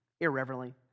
irreverently